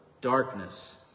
darkness